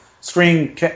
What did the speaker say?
screen